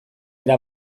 era